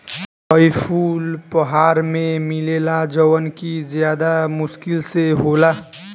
हई फूल पहाड़ में मिलेला जवन कि ज्यदा मुश्किल से होला